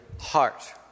heart